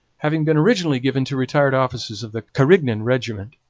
having been originally given to retired officers of the carignan regiment.